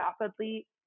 rapidly